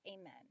Amen